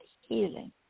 healing